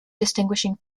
distinguishing